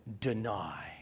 deny